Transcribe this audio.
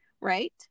right